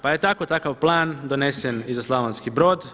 Pa je tako takav plan donesen i za Slavonski Brod.